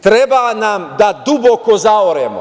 Treba nam da duboko zaoremo.